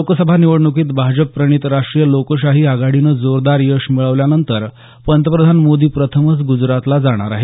लोकसभा निवडणुकीत भाजप प्रणित राष्ट्रीय लोकशाही आघाडीनं जोरदार यश मिळवल्यानंतर पंतप्रधान मोदी प्रथमच ग्जरातला जाणार आहेत